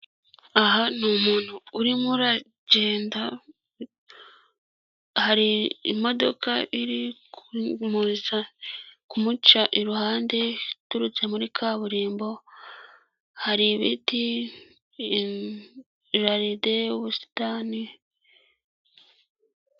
Aha ni umuntu urimo uragenda, hari imodoka iri kumuca iruhande iturutse muri kaburimbo hari ibiti jaride, ubusitani.